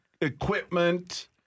equipment